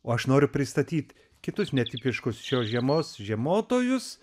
o aš noriu pristatyt kitus netipiškus šios žiemos žiemotojus